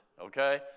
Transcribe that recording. okay